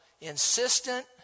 insistent